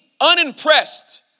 unimpressed